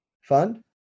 fund